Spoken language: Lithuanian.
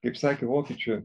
kaip sakė vokiečių